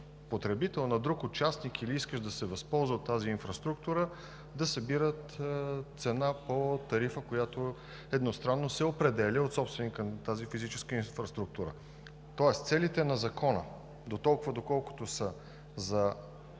потребител, на друг участник или искащ да се възползва от тази инфраструктура, да събират цена по тарифа, която едностранно се определя от собственика на тази физическа инфраструктура. Тоест целите на Закона дотолкова, доколкото са за